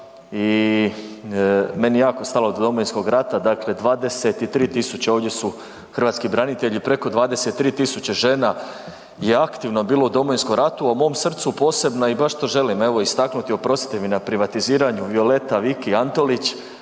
i meni je jako stalo do Domovinskog rata, dakle, 23 tisuće, ovdje su hrvatski branitelji, preko 23 tisuće žena je aktivno bilo u Domovinskom ratu, a u mom srcu posebna i baš to želim, evo istaknuti, oprostite mi na privatiziranju, Violeta Viki Antolić,